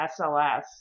SLS